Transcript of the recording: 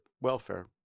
welfare